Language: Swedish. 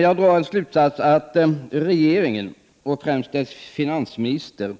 Jag drar den slutsatsen att regeringen och främst dess finansminister